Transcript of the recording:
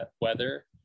weather